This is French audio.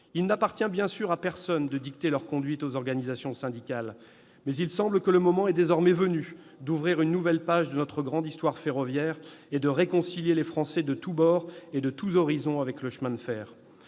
Il n'appartient bien sûr à personne de dicter leur conduite aux organisations syndicales, mais il semble que le moment soit désormais venu d'ouvrir une nouvelle page de notre grande histoire ferroviaire et de réconcilier les Français de tous bords et de tous horizons avec le chemin de fer.